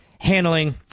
handling